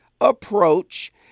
approach